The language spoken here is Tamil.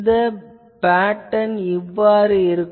இந்த பேட்டர்ன் இவ்வாறு இருக்கும்